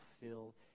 fill